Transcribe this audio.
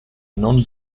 non